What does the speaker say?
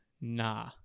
nah